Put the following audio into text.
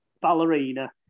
ballerina